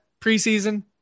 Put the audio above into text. preseason